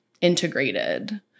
integrated